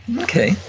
okay